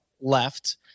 left